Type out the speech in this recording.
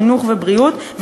מחינוך ובריאות,